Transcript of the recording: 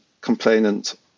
complainant